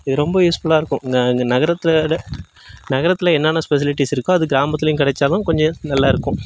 இது ரொம்ப யூஸ்ஃபுல்லாக இருக்கும் இந்த நகரத்தோடய நகரத்தில் என்னன்ன ஃபெசிலிட்டிஸ் இருக்கோ அது கிராமத்திலயும் கிடைச்சாலும் கொஞ்சம் நல்லாயிருக்கும்